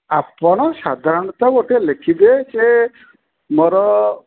ଆପଣ ସାଧାରଣତଃ ଗୋଟେ ଲେଖିବେ ଯେ ମୋର